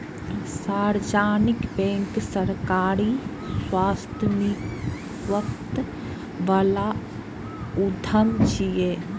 सार्वजनिक बैंक सरकारी स्वामित्व बला उद्यम छियै